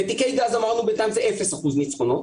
בתיקי גז, אמרנו, בינתיים זה 0% ניצחונות.